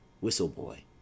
Whistle-boy